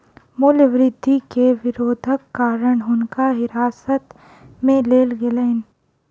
मूल्य वृद्धि के विरोधक कारण हुनका हिरासत में लेल गेलैन